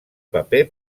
paper